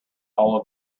all